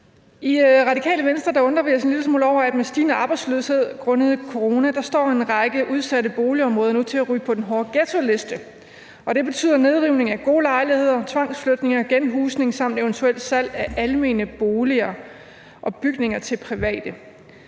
en række udsatte boligområder med stigende arbejdsløshed grundet corona nu står til at ryge på den hårde ghettoliste, og det betyder nedrivning af gode lejligheder, tvangsflytninger, genhusning samt et eventuelt salg af almene boliger og bygninger til private.